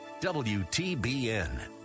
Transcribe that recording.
WTBN